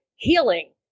healing